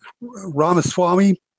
Ramaswamy